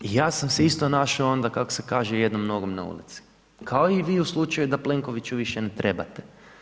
I ja sam se isto našao onda kako se kaže jednom nogom na ulici, kao i vi u slučaju da Plenkovića više ne trebate.